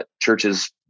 churches